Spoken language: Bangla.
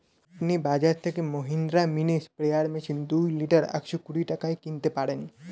আপনি বাজর থেকে মহিন্দ্রা মিনি স্প্রেয়ার মেশিন দুই লিটার একশো কুড়ি টাকায় কিনতে পারবেন